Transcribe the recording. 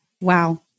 wow